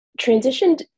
transitioned